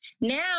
now